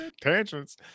tangents